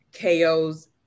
ko's